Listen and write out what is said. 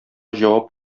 җавап